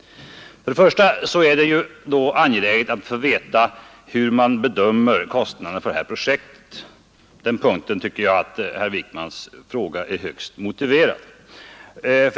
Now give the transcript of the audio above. För det första är det angeläget att få veta hur man bedömer kostnaderna för detta projekt — på den punkten tycker jag att herr Wijkmans fråga är högst motiverad.